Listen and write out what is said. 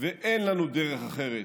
ואין לנו דרך אחרת